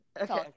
okay